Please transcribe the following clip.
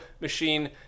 machine